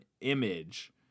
image